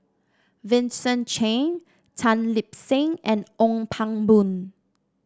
Vincent Cheng Tan Lip Seng and Ong Pang Boon